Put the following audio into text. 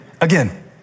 again